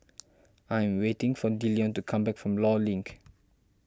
I am waiting for Dillion to come back from Law Link